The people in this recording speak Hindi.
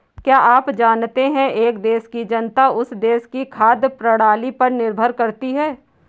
क्या आप जानते है एक देश की जनता उस देश की खाद्य प्रणाली पर निर्भर करती है?